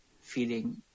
feeling